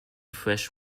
fresh